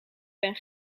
ben